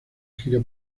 gira